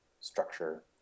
structure